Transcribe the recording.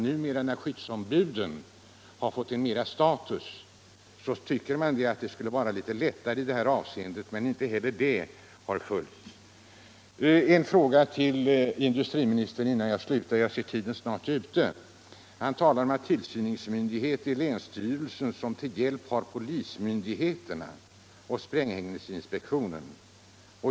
Numera, när skyddsombuden fått — förhindra sprängen bättre status, tycker man ati det skulle vara lättare att undvika åsi — ningsolyckor på dosättande av bestämmelserna, men inte heller det har hjälpt. arbetsplatser En fråga tull industriministern innan jag slutar — jag ser att tiden snart är ute. Industriministern säger i svaret: ”Tillsynsmyndighet är länsstyrelse som till hjälp har polismyndigheten och sprängämnesinspektionen.